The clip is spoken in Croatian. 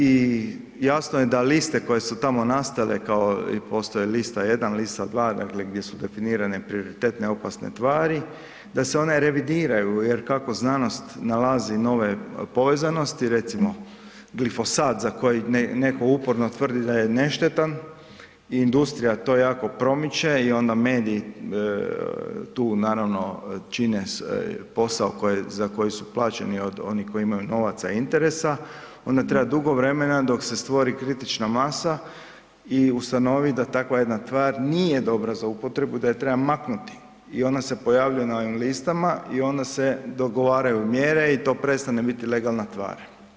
I jasno je da liste koje su tamo nastale, postoji lista 1, lista 2 gdje su definirane prioritetne opasne tvari da se one revidiraju jer kako znanost nalazi nove povezanosti, recimo glifosat za koji neko uporno tvrdi da je ne štetan, industrija to jako promiče i onda mediji tu čine posao za koji su plaćeni od onih koji imaju novaca i interesa onda treba dugo vremena dok se stvori kritična masa i ustanovi da takva jedna tvar nije dobra za upotrebu, da je treba maknuti i onda se pojavljuje na ovim listama i onda se dogovaraju mjere i to prestane biti legalna tvar.